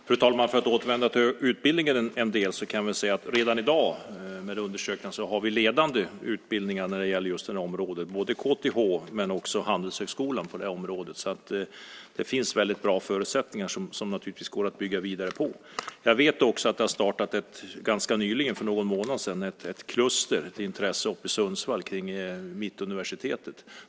Fru talman! För att lite grann återvända till utbildningen kan jag väl säga att vi redan i dag enligt undersökningar har ledande utbildningar när det gäller just det här området. Vi har både KTH och handelshögskolan på området, så det finns väldigt bra förutsättningar som det naturligtvis går att bygga vidare på. Jag vet också att det ganska nyligen, för någon månad sedan, startades ett intressekluster uppe i Sundsvall kring Mittuniversitetet.